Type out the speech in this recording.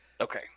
Okay